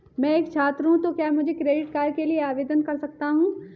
मैं एक छात्र हूँ तो क्या क्रेडिट कार्ड के लिए आवेदन कर सकता हूँ?